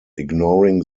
ignoring